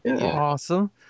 Awesome